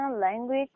language